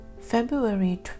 February